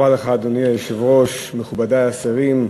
אדוני היושב-ראש, תודה רבה לך, מכובדי השרים,